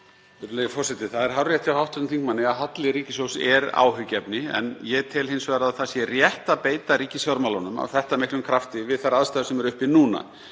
Það er hárrétt hjá hv. þingmanni að halli ríkissjóðs er áhyggjuefni. En ég tel hins vegar að það sé rétt að beita ríkisfjármálunum af þetta miklum krafti við þær aðstæður sem nú eru uppi.